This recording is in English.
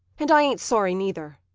and i ain't sorry neither.